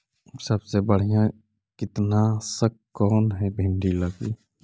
सबसे बढ़िया कित्नासक कौन है भिन्डी लगी?